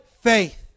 faith